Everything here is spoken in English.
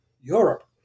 Europe